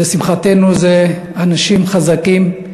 לשמחתנו, הם אנשים חזקים,